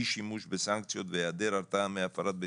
אי-שימוש בסנקציות בהיעדר הרתעה מהפרת בטיחות,